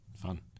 fun